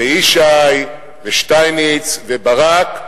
וישי, ושטייניץ, וברק,